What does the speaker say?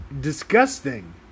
Disgusting